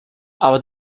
aber